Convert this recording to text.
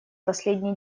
последний